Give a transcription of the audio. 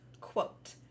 Quote